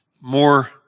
more